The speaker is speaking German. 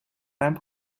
beim